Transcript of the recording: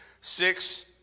six